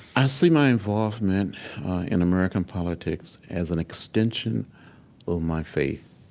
i see my involvement in american politics as an extension of my faith,